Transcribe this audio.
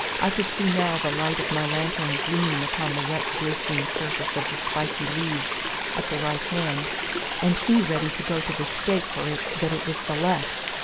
i could see now the light of my lantern gleaming upon the wet glistening surface of the spiky leaves at the right hand and he ready to go to the stake for it that it was the left!